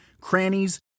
crannies